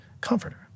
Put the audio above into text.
comforter